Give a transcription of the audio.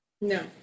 No